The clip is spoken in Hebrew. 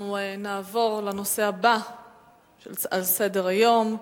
אנחנו נעבור לנושא הבא על סדר-היום: